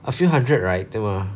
a few hundred right 对 mah